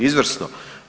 Izvrsno.